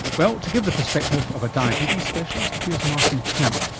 well, to give the perspective of a diabetes specialist here's maarten kamp,